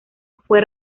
fue